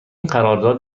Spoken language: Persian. قرارداد